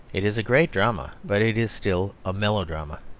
it is a great drama, but it is still a melodrama.